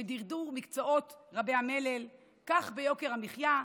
ודרדור המקצועות רבי-המלל, כך ביוקר המחיה,